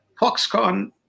Foxconn